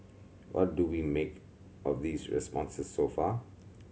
what do we make of these responses so far